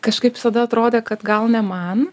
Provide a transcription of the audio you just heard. kažkaip visada atrodė kad gal ne man